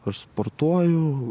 aš sportuoju